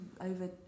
over